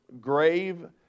grave